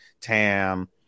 Tam